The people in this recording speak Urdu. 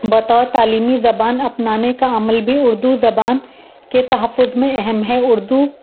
بطور تعلیمی زبان اپنانے کا عمل بھی اردو زبان کے تحفظ میں اہم ہے اردو